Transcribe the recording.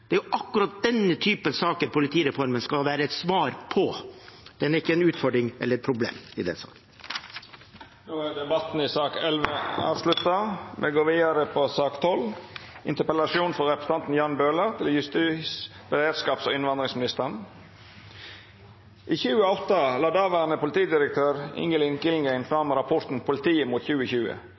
Det er akkurat denne typen saker politireformen skal være et svar på, den er ikke en utfordring eller et problem. Då er debatten i sak nr. 11 avslutta. I høst startet det et nytt kull på